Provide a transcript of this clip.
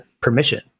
permission